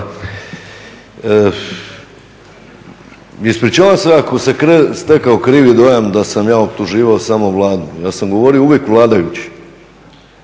Ispričavam se ako se stekao krivi dojam da sam ja optuživao samo Vladu. Ja sam govorio uvijek vladajući,